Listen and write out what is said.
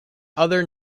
other